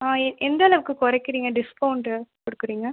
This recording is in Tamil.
ஆ எ எந்தளவுக்கு கொறைக்கிறீங்க டிஸ்கவுண்ட்டு கொடுக்குறிங்க